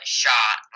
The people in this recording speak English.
shot